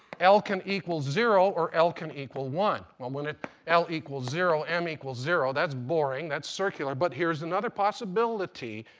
l can equals zero or l can equal one. when when l equals zero, m equals zero. that's boring, that's circular. but here's another possibility.